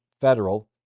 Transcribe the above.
federal